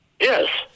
Yes